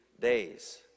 days